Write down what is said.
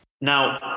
Now